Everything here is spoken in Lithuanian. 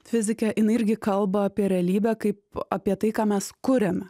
fizikė jinai irgi kalba apie realybę kaip apie tai ką mes kuriame